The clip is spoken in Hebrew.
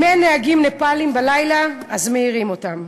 אם אין נהגים נפאלים בלילה, אז מעירים אותם.